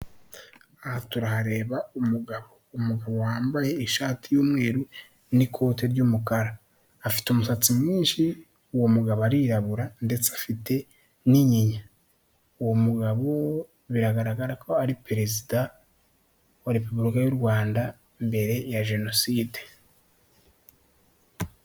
Aha turahareba umugabo. Umugabo wambaye ishati y'umweru n'ikote ry'umukara, afite umusatsi mwinshi uwo mugabo arirabura ndetse afite n'inyinya. Uwo mugabo biragaragara ko ari perezida wa repubulika y'u Rwanda mbere ya Jenoside.